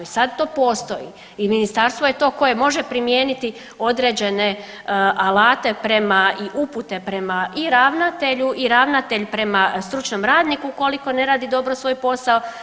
I sad to postoji i ministarstvo je to ko9je može primijeniti određene alate i upute prema i ravnatelju i ravnatelj prema stručnom radniku ukoliko ne radi dobro svoj posao.